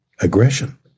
aggression